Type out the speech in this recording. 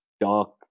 dark